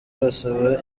basaba